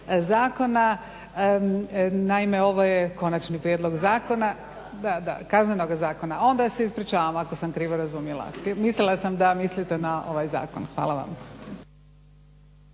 zakona. Naime, ovo je konačni prijedlog zakona, da, da, Kaznenoga zakona a onda se ispričavam ako sam krivo razumjela. Mislila sam da mislite na ovaj zakon. Hvala vam.